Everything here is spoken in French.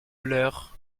leur